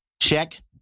Check